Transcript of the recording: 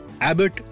Abbott